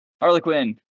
Harlequin